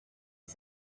est